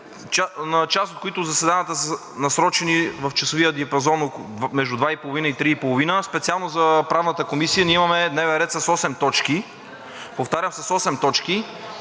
на част от които заседанията са насрочени в часовия диапазон между 14,30 ч. и 15,30 ч. Специално за Правната комисия ние имаме дневен ред с осем точки. Повтарям, с осем точки.